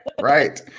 right